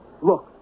Look